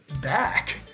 back